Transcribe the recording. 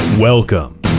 Welcome